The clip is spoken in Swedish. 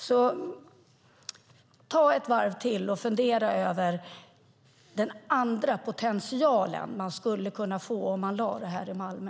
Ta därför ett varv till och fundera över den potential som man skulle kunna få om detta lades i Malmö.